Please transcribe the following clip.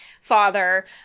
father